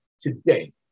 today